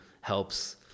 helps